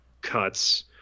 cuts